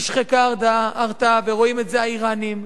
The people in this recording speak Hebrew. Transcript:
נשחקה ההרתעה, ורואים את זה האירנים,